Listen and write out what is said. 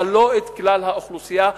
אבל לא לכלל האוכלוסייה,